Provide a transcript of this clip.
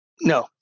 No